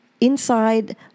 inside